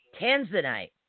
Tanzanite